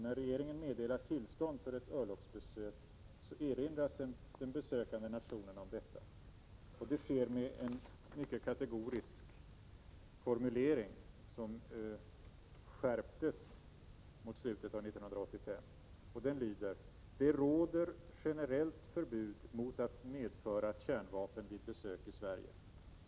När regeringen meddelar tillstånd för ett örlogsbesök erinras den besökande nationen om detta. Det sker med en mycket kategorisk formulering, som skärptes i slutet av 1985. Den lyder: ”Det råder generellt förbud mot att medföra kärnvapen vid besök i Sverige.